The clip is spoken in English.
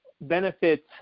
benefits